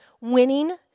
winning